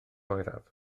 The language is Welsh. oeraf